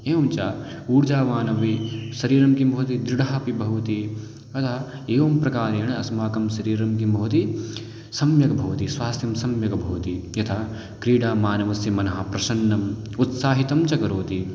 एवं च ऊर्जावानपि सरीरं किं भवति दृढम् अपि भवति अतः एवं प्रकारेण अस्माकं शरीरं किं भवति सम्यक् भवति स्वास्तथ्यं सम्यक् भवति यथा क्रीडया मानवस्य मनः प्रसन्नम् उत्साहितं च करोति